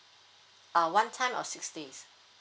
a one time of six days